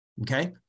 Okay